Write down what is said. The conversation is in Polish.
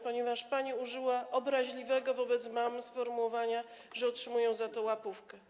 ponieważ pani użyła obraźliwego wobec mam sformułowania, że otrzymują za to łapówkę.